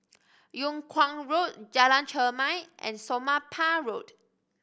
Yung Kuang Road Jalan Chermai and Somapah Road